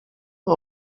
jej